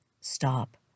Stop